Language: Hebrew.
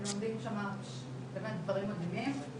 הם לומדים שם באמת דברים מדהימים,